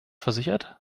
versichert